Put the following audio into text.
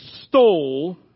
stole